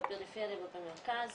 בפריפריה ובמרכז,